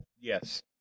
Yes